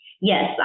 yes